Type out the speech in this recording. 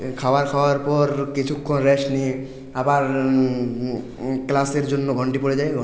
খাবার খাওয়ার পর কিছুক্ষন রেস্ট নিয়ে আবার ক্লাসের জন্য ঘন্টা পড়ে যায়